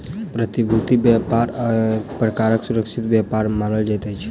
प्रतिभूति व्यापार एक प्रकारक सुरक्षित व्यापार मानल जाइत अछि